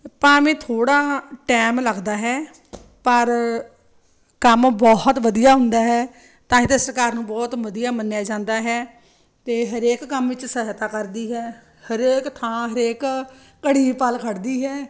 ਭਾਵੇਂ ਥੋੜ੍ਹਾ ਟਾਈਮ ਲੱਗਦਾ ਹੈ ਪਰ ਕੰਮ ਬਹੁਤ ਵਧੀਆ ਹੁੰਦਾ ਹੈ ਤਾਂ ਹੀ ਤਾਂ ਸਰਕਾਰ ਨੂੰ ਬਹੁਤ ਵਧੀਆ ਮੰਨਿਆ ਜਾਂਦਾ ਹੈ ਅਤੇ ਹਰੇਕ ਕੰਮ ਵਿੱਚ ਸਹਾਇਤਾ ਕਰਦੀ ਹੈ ਹਰੇਕ ਥਾਂ ਹਰੇਕ ਘੜੀ ਪਲ ਖੜ੍ਹਦੀ ਹੈ